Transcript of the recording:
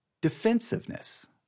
defensiveness